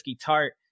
Tart